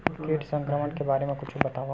कीट संक्रमण के बारे म कुछु बतावव?